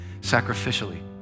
sacrificially